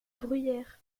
bruyères